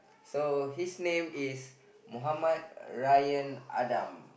so his name is Mohammad Ryan Adam